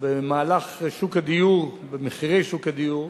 במהלך שוק דיור, במחירי שוק הדיור,